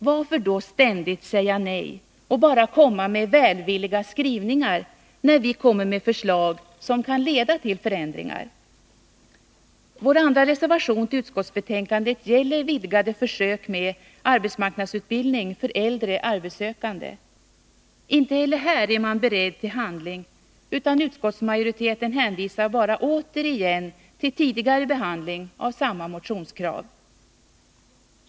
Varför då ständigt säga nej och bara komma med välvilliga skrivningar, när vi lägger fram förslag som kan leda till förändringar? Vår andra reservation till utskottsbetänkandet gäller vidgade försök med arbetsmarknadsutbildning för äldre arbetssökande. Inte heller här är man beredd till handling, utan utskottsmajoriteten hänvisar bara återigen till tidigare behandling av samma motionskrav.